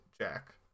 Jack